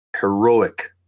heroic